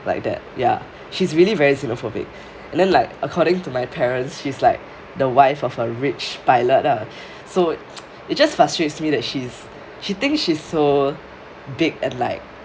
like that ya she is really very xenophobic and then like according to my parents she is like the wife of a rich pilot lah so it just frustrates me that she is she thinks she is so big and like